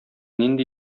нинди